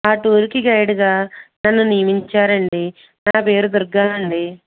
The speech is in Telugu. ఆ టూర్కి గైడ్గా నన్ను నియమించారు అండి నా పేరు దుర్గా అండి